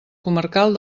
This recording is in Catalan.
comarcal